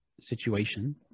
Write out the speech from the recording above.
situation